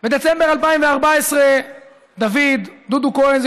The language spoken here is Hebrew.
בדצמבר 2014 דוד דודו כהן,